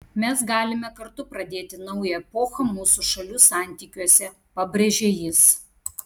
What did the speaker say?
mes galime kartu pradėti naują epochą mūsų šalių santykiuose pabrėžė jis